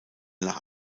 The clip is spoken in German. nach